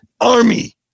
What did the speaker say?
army